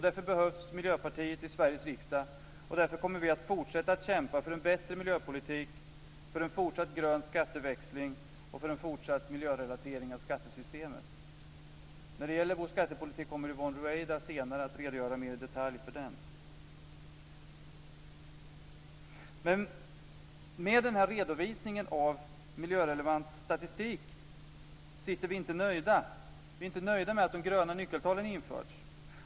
Därför behövs Miljöpartiet i Sveriges riksdag, och därför kommer vi att fortsätta att kämpa för en bättre miljöpolitik, för en fortsatt grön skatteväxling och för en fortsatt miljörelatering av skattesystemet. När det gäller vår skattepolitik kommer Yvonne Ruwaida senare att redogöra mer i detalj för den. Med den här redovisningen av miljörelevant statistik sitter vi inte nöjda. Vi är inte nöjda med att de gröna nyckeltalen införts.